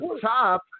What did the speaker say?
top